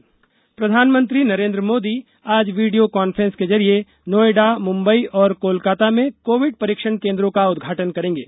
Covid परीक्षण केन्द्र प्रधानमंत्री नरेन्द्र मोदी आज वीडियो कांफ्रेंस के जरिये नोएडा मुंबई और कोलकाता में कोविड परीक्षण केन्द्रों का उद्घाटन करेंगे